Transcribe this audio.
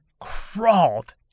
crawled